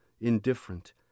indifferent